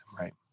right